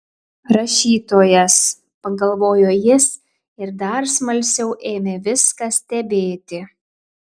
rašytojas pagalvojo jis ir dar smalsiau ėmė viską stebėti